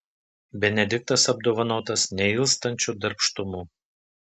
benediktas apdovanotas neilstančiu darbštumu